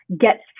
get